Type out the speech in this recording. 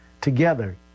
Together